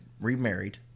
remarried